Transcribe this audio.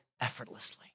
effortlessly